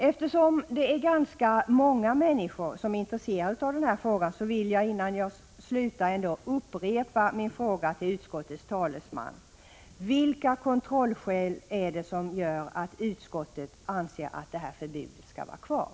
Eftersom ganska många människor är intresserade av den här frågan, vill jag innan jag slutar upprepa min fråga till utskottets talesman: Vilka kontrollskäl är det som gör att utskottet anser att det här förbudet skall vara kvar?